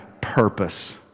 purpose